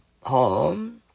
home